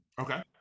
Okay